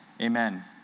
Amen